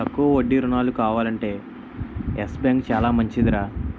తక్కువ వడ్డీ రుణాలు కావాలంటే యెస్ బాంకు చాలా మంచిదిరా